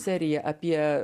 serija apie